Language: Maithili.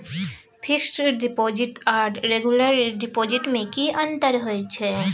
फिक्स डिपॉजिट आर रेगुलर डिपॉजिट में की अंतर होय छै?